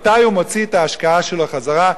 מתי הוא מוציא את ההשקעה שלו חזרה,